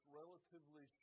relatively